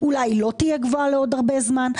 אולי היא לא תהיה גבוהה לעוד הרבה זמן.